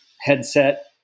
headset